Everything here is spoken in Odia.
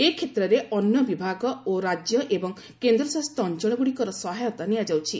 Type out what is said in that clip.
ଏକ୍ଷେତ୍ରରେ ଅନ୍ୟ ବିଭାଗ ଓ ରାଜ୍ୟ ଏବଂ କେନ୍ଦ୍ରଶାସିତ ଅଞ୍ଚଳଗ୍ରଡ଼ିକର ସହାୟତା ନିଆଯାଉଛି